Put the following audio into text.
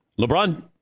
LeBron